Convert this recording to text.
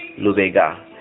Lubega